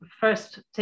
first